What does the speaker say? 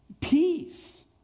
peace